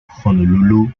honolulu